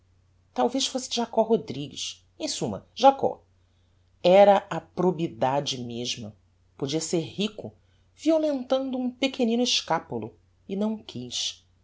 talvez fosse jacob rodrigues em summa jacob era a probidade mesma podia ser rico violentando um pequenino escapulo e não quiz